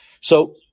So-